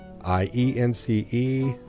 i-e-n-c-e